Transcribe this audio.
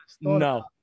No